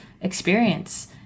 experience